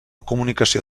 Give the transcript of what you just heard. comunicació